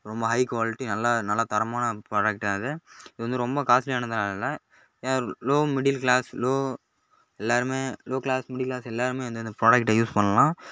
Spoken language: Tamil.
ரொம்ப ஹை குவாலிட்டி நல்லா நல்ல தரமான ப்ராடக்ட் தான் இது இது வந்து ரொம்ப காஸ்லியானதுலாம் இல்லை லோ மிடில் கிளாஸ் லோ எல்லாருமே லோ கிளாஸ் மிடில் கிளாஸ் எல்லாருமே வந்து இந்த ப்ராடக்டை யூஸ் பண்ணலாம்